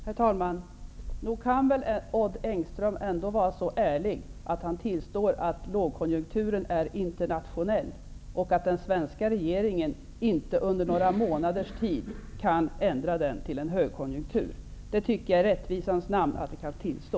Herr talman! Nog kan väl Odd Engström ändå vara så ärlig att han tillstår att lågkonjunkturen är internationell och att den svenska regeringen inte under några månaders tid kan ändra den till en högkonjunktur? Det tycker jag i rättvisans namn att han kan tillstå.